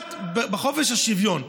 פוגעת בחופש השוויון.